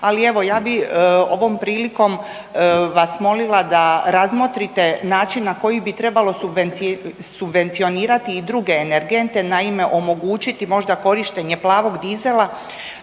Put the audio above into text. Ali evo ja bi ovom prilikom vas molila da razmotrite način na koji bi trebalo subvencionirati i druge energente, naime omogućiti možda korištenje plavog dizela